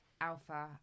alpha